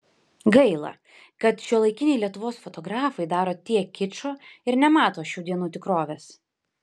gaila kad šiuolaikiniai lietuvos fotografai daro tiek kičo ir nemato šių dienų tikrovės